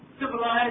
civilized